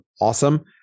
Awesome